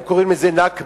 הם קוראים את לזה "נכבה"